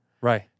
right